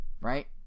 right